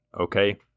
okay